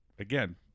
Again